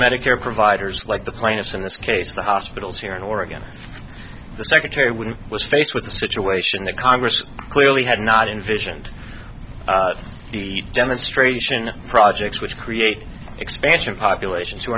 medicare providers like the plaintiffs in this case the hospitals here in oregon the secretary wouldn't was faced with the situation that congress clearly had not envisioned the demonstration projects which create expansion populations who